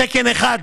תקן אחד,